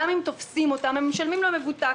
גם אם תופסים אותן הן משלמות למבוטח